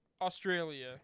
Australia